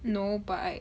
no but I